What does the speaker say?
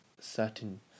certain